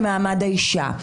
האישה,